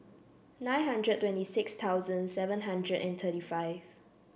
nine hundred twenty six thousand seven hundred and thirty five